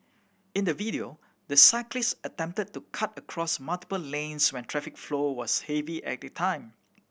in the video the cyclist attempted to cut across multiple lanes when traffic flow was heavy at that time